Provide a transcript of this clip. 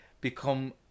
become